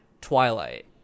Twilight